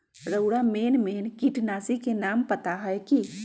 रउरा main main किटनाशी के नाम पता हए कि?